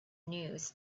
news